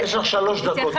יש לך שלוש דקות.